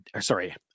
sorry